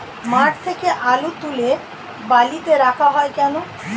মাঠ থেকে আলু তুলে বালিতে রাখা হয় কেন?